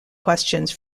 questions